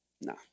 Nah